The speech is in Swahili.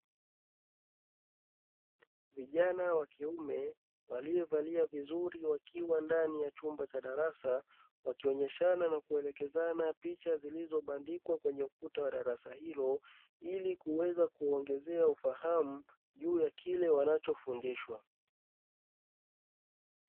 Vijana wa kiume waliovalia vizuri wakiwa ndani ya chumba cha darasa wakionyeshana na kuelekezana picha zilizobandikwa kwenye ukuta wa darasa hilo ili kuweza kuongezea ufahamu juu ya kile wanachofundishwa.